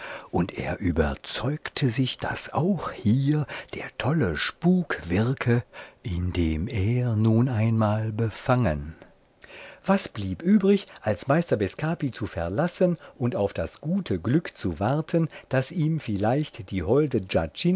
und er überzeugte sich daß auch hier der tolle spuk wirke in dem er nun einmal befangen was blieb übrig als meister bescapi zu verlassen und auf das gute glück zu warten das ihm vielleicht die holde